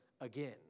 again